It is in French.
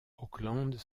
auckland